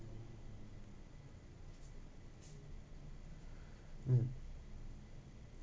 mm